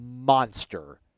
monster